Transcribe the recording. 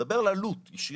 אלא אני מדבר על עלות ישירה.